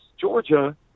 Georgia